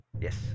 Yes